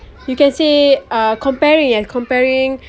you can say err comparing eh comparing